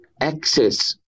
access